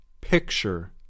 picture